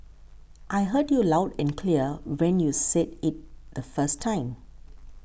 I heard you loud and clear when you said it the first time